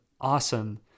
awesome